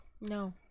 No